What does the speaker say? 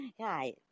Hi